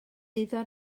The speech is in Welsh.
iddo